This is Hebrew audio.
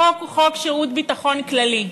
החוק הוא חוק שירות ביטחון כללי.